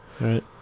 Right